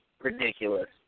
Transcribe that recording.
ridiculous